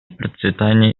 процветания